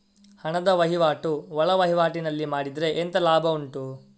ಹಣದ ವಹಿವಾಟು ಒಳವಹಿವಾಟಿನಲ್ಲಿ ಮಾಡಿದ್ರೆ ಎಂತ ಲಾಭ ಉಂಟು?